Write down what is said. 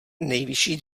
nejvyšší